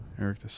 eric